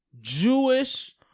Jewish